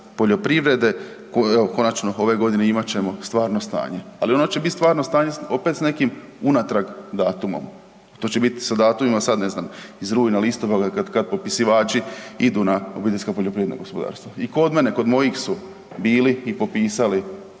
poljoprivrede, evo konačno ove godine imat ćemo stvarno stanje, ali ono će bit stvarno stanje opet s nekim unatrag datumom, to će bit sa datumima, sad ne znam, iz rujna, listopada, kad popisivači idu na OPG-ove. I kod mene, kod mojih su bili i popisali